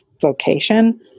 vocation